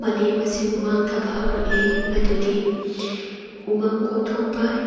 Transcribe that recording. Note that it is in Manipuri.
ꯃꯥꯂꯦꯝ ꯑꯁꯤꯕꯨ ꯃꯥꯡꯊꯕ ꯍꯧꯔꯛꯂꯤ ꯃꯗꯨꯗꯤ ꯎꯃꯪ ꯈꯣꯛꯊꯣꯛꯄ